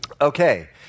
Okay